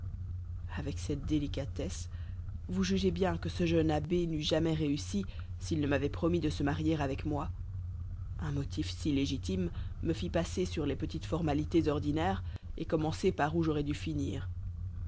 avec cette délicatesse vous jugez bien que ce jeune abbé n'eût jamais réussi s'il ne m'avoit promis de se marier avec moi un motif si légitime me fit passer sur les petites formalités ordinaires et commencer par où j'aurois dû finir